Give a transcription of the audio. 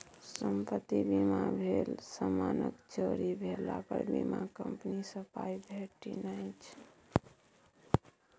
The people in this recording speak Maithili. संपत्ति बीमा भेल समानक चोरी भेला पर बीमा कंपनी सँ पाइ भेटि जाइ छै